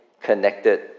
connected